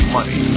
Money